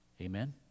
Amen